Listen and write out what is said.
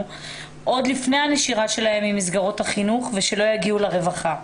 עוד לפני הנשירה שלהן ממסגרות החינוך ושלא יגיעו לרווחה.